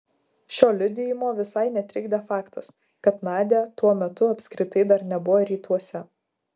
šio liudijimo visai netrikdė faktas kad nadia tuo metu apskritai dar nebuvo rytuose